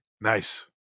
Nice